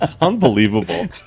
Unbelievable